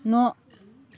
न'